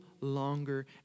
longer